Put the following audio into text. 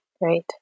Right